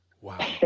Wow